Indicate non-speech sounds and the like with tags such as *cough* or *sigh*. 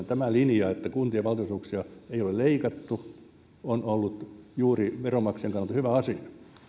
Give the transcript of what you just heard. *unintelligible* tämä linja että kuntien valtionosuuksia ei ole leikattu on ollut juuri veronmaksajien kannalta hyvä asia